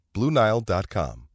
BlueNile.com